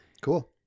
Cool